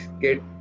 get